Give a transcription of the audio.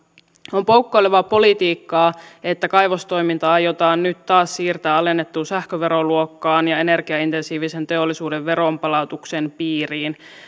on poukkoilevaa politiikkaa että kaivostoiminta aiotaan nyt taas siirtää alennettuun sähköveroluokkaan ja energiaintensiivisen teollisuuden veronpalautuksen piiriin